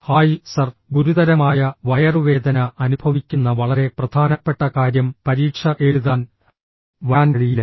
hi sir ഗുരുതരമായ വയറുവേദന അനുഭവിക്കുന്ന വളരെ പ്രധാനപ്പെട്ട കാര്യം പരീക്ഷ എഴുതാൻ വരാൻ കഴിയില്ല